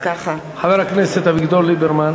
חבר הכנסת אביגדור ליברמן.